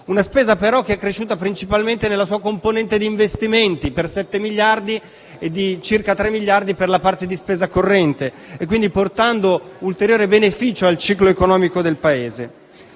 Una spesa che, però, è cresciuta principalmente nella sua componente di investimenti per 7 miliardi e di circa 3 miliardi per la parte di spesa corrente, quindi portando ulteriore beneficio al ciclo economico del Paese.